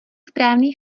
správný